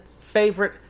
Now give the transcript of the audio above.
favorite